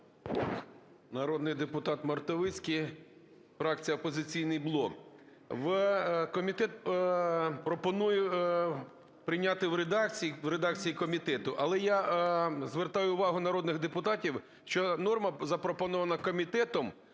Народний депутат Мартовицький, фракція "Опозиційний блок". Комітет пропонує прийняти в редакції, в редакції комітету. Але я звертаю увагу народних депутатів, що норма, запропонована комітетом,